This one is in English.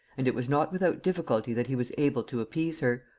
and it was not without difficulty that he was able to appease her.